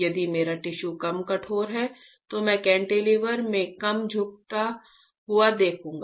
यदि मेरा टिश्यू कम कठोर है तो मैं केंटिलीवर में कम झुकता हुआ देखूंगा